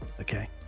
Okay